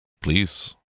please